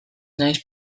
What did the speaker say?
naiz